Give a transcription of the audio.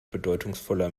bedeutungsvoller